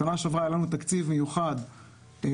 בשנה שעברה היה לנו תקציב מיוחד לפעילות